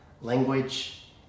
language